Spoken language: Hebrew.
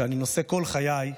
שאני נושא כל חיי,